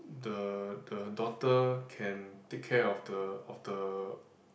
the the daughter can take care of the of the